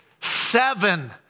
seven